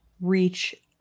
reach